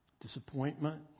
disappointment